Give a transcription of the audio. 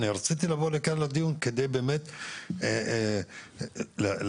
אני רציתי לבוא לכאן לדיון על מנת באמת להסביר,